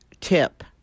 tip